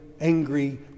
angry